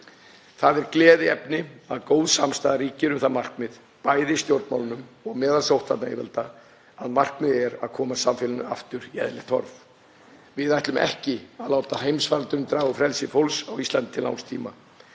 Það er gleðiefni að góð samstaða ríkir um það markmið, bæði í stjórnmálunum og meðal sóttvarnayfirvalda, að koma samfélaginu aftur í eðlilegt horf. Við ætlum ekki að láta heimsfaraldurinn draga úr frelsi fólks á Íslandi til langs tíma.